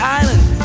island